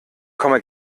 komme